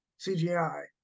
CGI